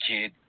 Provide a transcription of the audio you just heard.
Kid